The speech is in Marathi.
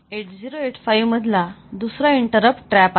8085 मधला दुसरा इंटरप्ट TRAP आहे